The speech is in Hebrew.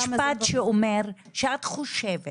סליחה, זה משפט שאומר שאת חושבת